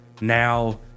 Now